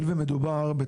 הלא